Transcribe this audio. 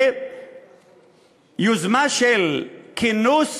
זה יוזמה של כינוס